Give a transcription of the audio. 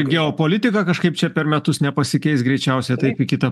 geopolitika kažkaip čia per metus nepasikeis greičiausia taip į kitą